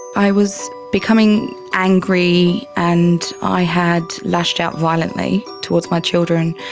i was becoming angry and i had lashed out violently towards my children,